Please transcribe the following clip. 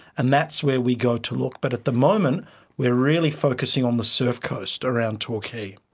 and that's where we go to look. but at the moment we are really focusing on the surf coast around torquay.